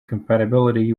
compatibility